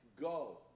go